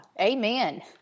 Amen